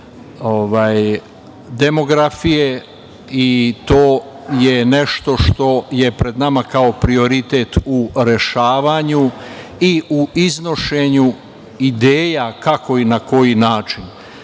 demografije i to je nešto što je pred nama kao prioritet u rešavanju i u iznošenju ideja kako i na koji način. Ja